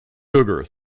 sugar